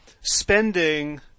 spending